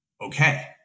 okay